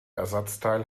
ersatzteil